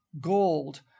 gold